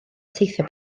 teithio